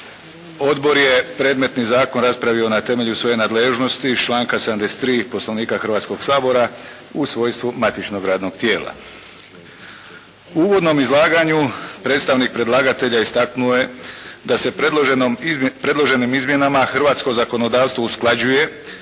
Odbor je predmetni zakon raspravio na temelju svoje nadležnosti iz članka 73. Poslovnika Hrvatskog sabora u svojstvu matičnog radnog tijela. U uvodnom izlaganju predstavnik predlagatelja istaknuo je da se predloženim izmjenama hrvatsko zakonodavstvo usklađuje